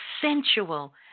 sensual